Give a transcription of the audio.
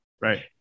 right